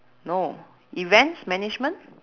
no events management